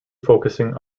focusing